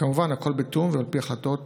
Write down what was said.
כמובן הכול בתיאום ועל פי החלטות